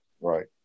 right